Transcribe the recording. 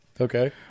Okay